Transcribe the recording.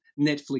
netflix